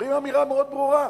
אומרים אמירה מאוד ברורה: